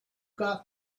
got